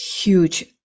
huge